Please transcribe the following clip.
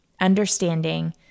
understanding